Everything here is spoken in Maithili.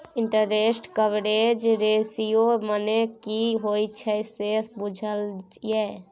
इंटरेस्ट कवरेज रेशियो मने की होइत छै से बुझल यै?